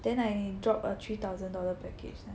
then I drop a three thousand dollar package lah